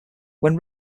when